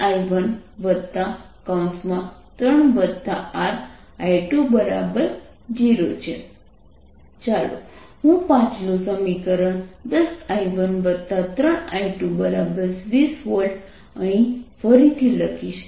3I1I2RI20 3I13RI20 10I13I220 V ચાલો હું પાછલું સમીકરણ 10I13I220 V અહીં ફરીથી લખીશ